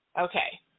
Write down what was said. okay